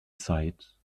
zeit